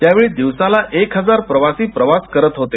त्यावेळी दिवसाला एक हजार प्रवासी प्रवास करत होते